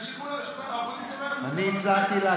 ואני מצטט אותו: